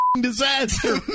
Disaster